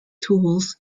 tools